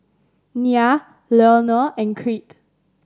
Nia Leonor and Crete